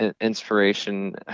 inspiration